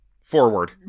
forward